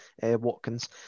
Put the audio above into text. Watkins